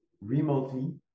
remotely